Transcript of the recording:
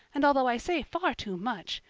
and although i say far too much,